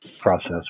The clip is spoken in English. process